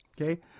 okay